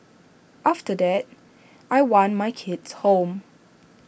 after that I want my kids home